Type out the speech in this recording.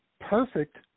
perfect